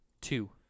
two